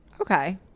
Okay